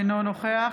אינו נוכח